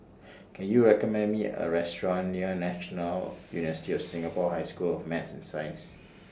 Can YOU recommend Me A Restaurant near National University of Singapore High School of Math and Science